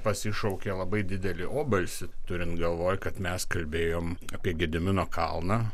pasišaukia labai didelį obalsį turint galvoj kad mes kalbėjom apie gedimino kalną